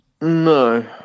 No